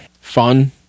fun